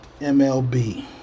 MLB